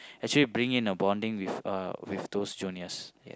actually bring in a bonding with those juniors